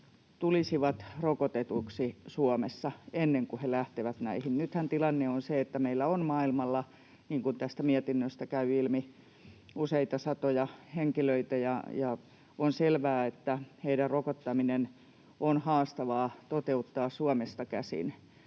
tulisivat rokotetuiksi Suomessa ennen kuin he lähtevät näihin. Nythän tilanne on se, että meillä on maailmalla, niin kuin tästä mietinnöstä käy ilmi, useita satoja henkilöitä, ja on selvää, että heidän rokottamisensa on haastavaa toteuttaa Suomesta käsin.